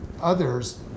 others